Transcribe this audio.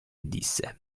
disse